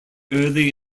early